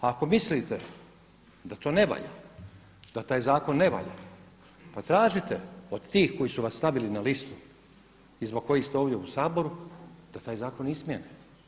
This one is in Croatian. Ako mislite da to ne valja, da taj zakon ne valja, pa tražite od tih koji su vas stavili na listu i zbog kojih ste ovdje u Saboru da taj zakon izmjene.